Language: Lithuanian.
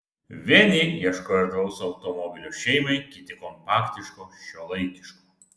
vieni ieško erdvaus automobilio šeimai kiti kompaktiško šiuolaikiško